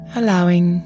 allowing